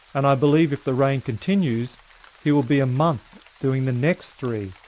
and i believe if the rain continues he will be a month doing the next three.